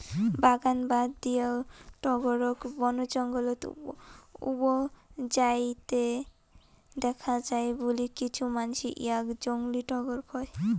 বাগান বাদ দিয়াও টগরক বনজঙ্গলত উবজাইতে দ্যাখ্যা যায় বুলি কিছু মানসি ইয়াক জংলী টগর কয়